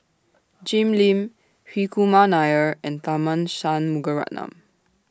Jim Lim Hri Kumar Nair and Tharman Shanmugaratnam